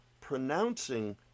pronouncing